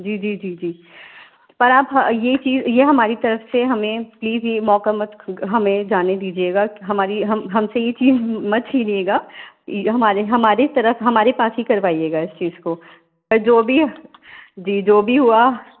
جی جی جی جی پر آپ یہ چیز یہ ہماری طرف سے ہمیں پلیز یہ موقع ہمیں جانے دیجیے گا ہماری ہم ہم سے یہ چیز مت چھینیے گا ہمارے ہمارے طرف ہمارے پاس ہی کروائیے گا اس چیز کو جو بھی جی جو بھی ہوا